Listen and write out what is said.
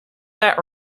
that